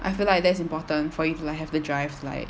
I feel like that's important for you to like have the drive like